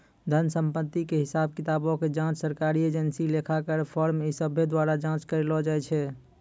धन संपत्ति के हिसाब किताबो के जांच सरकारी एजेंसी, लेखाकार, फर्म इ सभ्भे द्वारा जांच करलो जाय छै